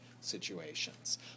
situations